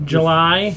July